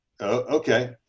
okay